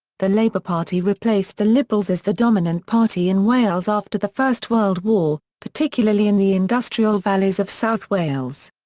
the labour party replaced the liberals as the dominant party in wales after the first world war, particularly in the industrial valleys of south wales.